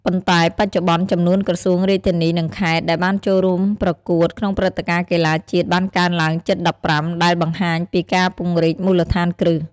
ប៉ុន្តែបច្ចុប្បន្ន ចំនួនក្រសួង រាជធានី និង ខេត្ត ដែលបានចូលរួមប្រកួតក្នុងព្រឹត្តិការណ៍កីឡាជាតិបានកើនឡើងជិត១៥ ដែលបង្ហាញពីការពង្រីកមូលដ្ឋានគ្រឹះ។